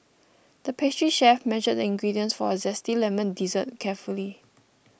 the pastry chef measured the ingredients for a Zesty Lemon Dessert carefully